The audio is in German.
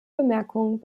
bemerkung